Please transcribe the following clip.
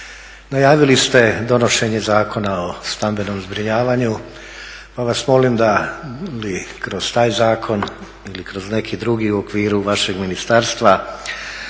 Najavili ste donošenje Zakona o stambenom zbrinjavanju pa vas molim da li kroz taj zakon ili kroz neki drugi u okviru vašeg ministarstva